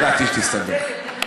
ידעתי שתסתבך.